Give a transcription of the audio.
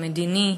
המדיני,